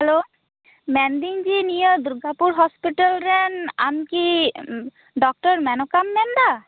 hello ᱢᱮᱱᱫᱤᱹᱧ ᱡᱮ ᱱᱤᱭᱚ ᱫᱩᱨᱜᱟᱯᱩᱨ ᱦᱚᱥᱯᱤᱴᱟᱞ ᱨᱮᱱ ᱟᱢᱠᱤ ᱰᱚᱠᱴᱚᱨ ᱢᱮᱱᱚᱠᱟᱢ ᱢᱮᱱᱫᱟ